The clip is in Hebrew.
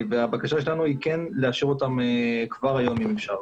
הבקשה שלנו היא כן לאשר אותן כבר היום, אם אפשר.